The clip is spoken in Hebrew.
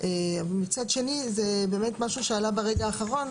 מצד אחר זה באמת משהו שעלה ברגע האחרון